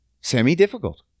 semi-difficult